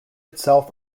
itself